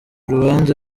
rubanza